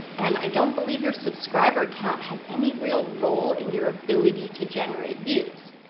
and i don't believe your subscriber account has any real role in your ability to generate views.